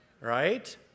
right